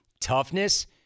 toughness